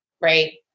Right